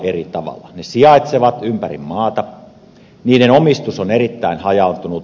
ne sijaitsevat ympäri maata niiden omistus on erittäin hajaantunut